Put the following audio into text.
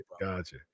Gotcha